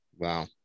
Wow